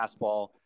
fastball